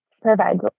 provides